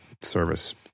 service